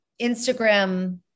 Instagram